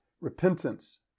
repentance